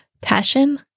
passion